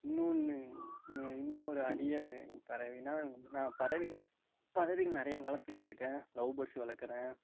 இன்னோன்று இன்னோரு அறிய வகை பறவைன்னா நான் பறவைங்க பறவைகள் நிறைய வளர்த்துக்கிட்டு இருக்கேன் லவ் பேர்ட்ஸ் வளர்க்குறேன்